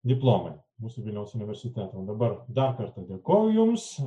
diplomai mūsų vilniaus universiteto dabar dar kartą dėkoju jums